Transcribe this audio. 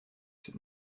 sut